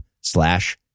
slash